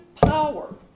power